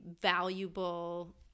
valuable